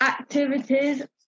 activities